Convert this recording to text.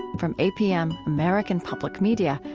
from apm, american public media,